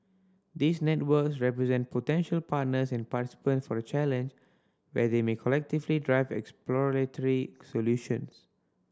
these networks represent potential partners and participants for the challenge where they may collectively drive exploratory solutions